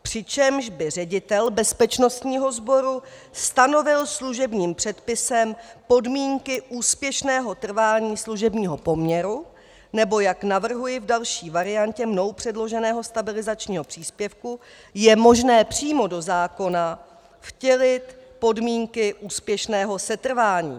Přičemž by ředitel bezpečnostního sboru stanovil služebním předpisem podmínky úspěšného trvání služebního poměru, nebo jak navrhuji v další variantě mnou předloženého stabilizačního příspěvku, je možné přímo do zákona vtělit podmínky úspěšného setrvání.